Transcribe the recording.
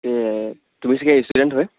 তুমি ছাগে ষ্টুডেণ্ট হয়